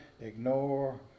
ignore